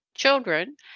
children